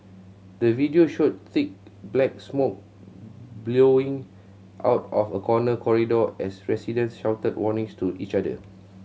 the video showed thick black smoke billowing out of a corner corridor as residents shouted warnings to each other